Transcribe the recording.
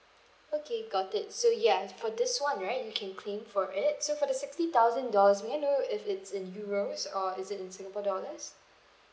okay got it so ya for this [one] right you can claim for it so for the sixty thousand dollars may I know if it's in euros or is it in singapore dollars